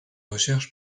recherches